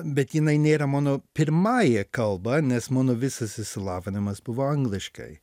bet jinai nėra mano pirmąja kalba nes mano visas išsilavinimas buvo angliškai